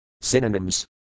Synonyms